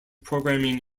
programming